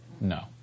no